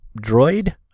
droid